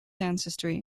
ancestry